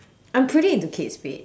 I'm pretty into Kate Spade